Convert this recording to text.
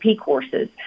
courses